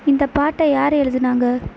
இந்தப் பாட்டை யார் எழுதினாங்க